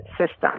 system